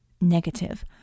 Negative